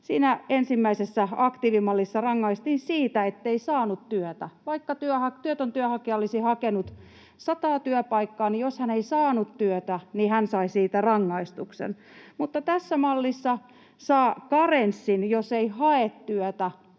ensimmäisessä aktiivimallissa rangaistiin siitä, ettei saanut työtä; vaikka työtön työnhakija olisi hakenut sataa työpaikkaa, niin jos hän ei saanut työtä, hän sai siitä rangaistuksen. Mutta tässä mallissa saa karenssin, jos ei hae työtä